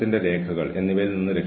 തമാശകളിൽ ജാഗ്രത പാലിക്കുക